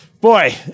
boy